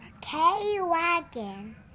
K-Wagon